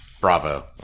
Bravo